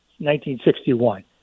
1961